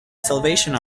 salvation